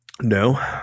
No